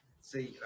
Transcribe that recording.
See